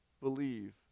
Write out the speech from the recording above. believe